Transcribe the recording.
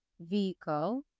vehicle